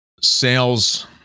sales